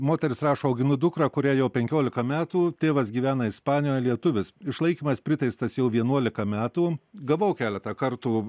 moteris rašo auginu dukrą kuriai jau penkiolika metų tėvas gyvena ispanijoje lietuvis išlaikymas priteistas jau vienuolika metų gavau keletą kartų